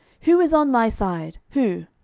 who is on my side? who?